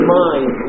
mind